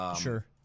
Sure